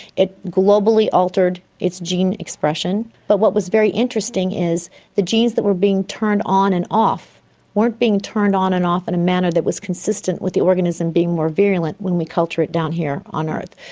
it globally altered its gene expression. but what was very interesting is the genes that were being turned on and off weren't being turned on and off in a manner that was consistent with the organism being more virulent when we culture it down here on earth.